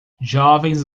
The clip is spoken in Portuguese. jovens